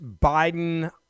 Biden